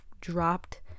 dropped